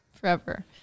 Forever